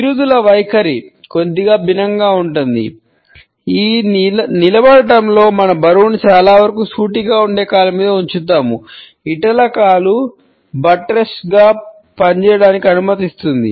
పిరుదుల వైఖరి పనిచేయడానికి అనుమతిస్తుంది